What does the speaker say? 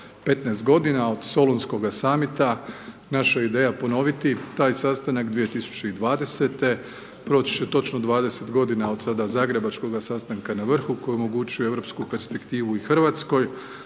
15 godina, od Solunskoga summita, naša ideja je ponoviti taj sastanak 2020. Proći će točno 20. godina od sada zagrebačkog sastanka na vrhu koji omogućuju europsku perspektivu i Hrvatskoj.